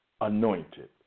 anointed